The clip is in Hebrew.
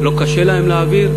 לא קשה להם להעביר,